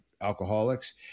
alcoholics